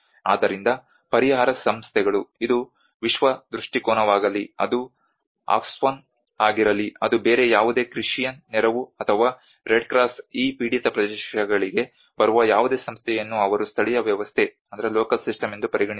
ಆದ್ದರಿಂದ ಪರಿಹಾರ ಸಂಸ್ಥೆಗಳು ಇದು ವಿಶ್ವ ದೃಷ್ಟಿಕೋನವಾಗಲಿ ಅದು ಆಕ್ಸ್ಫ್ಯಾಮ್ ಆಗಿರಲಿ ಅದು ಬೇರೆ ಯಾವುದೇ ಕ್ರಿಶ್ಚಿಯನ್ ನೆರವು ಅಥವಾ ರೆಡ್ ಕ್ರಾಸ್ ಈ ಪೀಡಿತ ಪ್ರದೇಶಗಳಿಗೆ ಬರುವ ಯಾವುದೇ ಸಂಸ್ಥೆಯನ್ನು ಅವರು ಸ್ಥಳೀಯ ವ್ಯವಸ್ಥೆ ಎಂದೂ ಪರಿಗಣಿಸುವುದಿಲ್ಲ